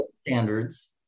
standards